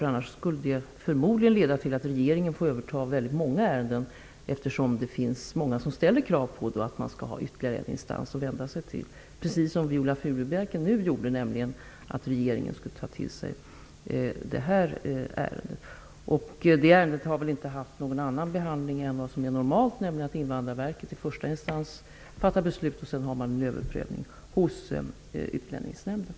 I annat fall skulle det förmodligen leda till att regeringen fick överta väldigt många ärenden, eftersom det finns många som ställer krav på ytterligare instans att vända sig till precis som Viola Furubjelke nu gjorde, nämligen att regeringen skulle ta till sig detta ärende. Ärendet har väl inte fått någon annan behandling än vad som är normalt, nämligen att Invandrarverket i första instans fattar beslut och att Utlänningsnämnden sedan gör en överprövning.